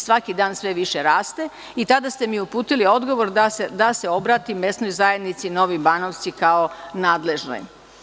Svaki dan sve više raste i tada ste mi uputili odgovor da se obratim mesnoj zajednici Novi Banovci, kao nadležnoj.